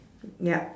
yup